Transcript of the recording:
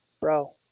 bro